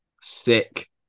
Sick